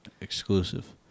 exclusive